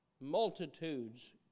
Multitudes